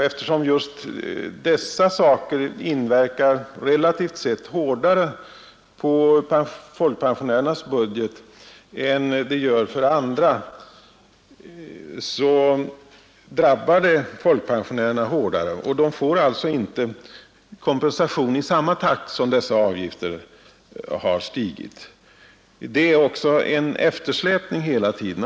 Eftersom just dessa höjningar inverkar relativt sett hårdare på folkpensionärernas budget än på andras, drabbar det folkpensionärerna hårdare. De får alltså inte kompensation i samma takt som dessa avgifter stiger. Det är också hela tiden en eftersläpning.